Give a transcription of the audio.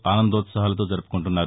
ఆనందోత్సాహాలతో జరుపుకుంటున్నారు